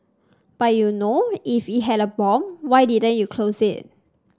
but you know if it had a bomb why didn't you close it